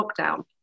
lockdown